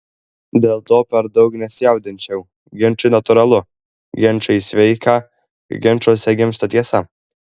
dėl to per daug nesijaudinčiau ginčai natūralu ginčai sveika ginčuose gimsta tiesa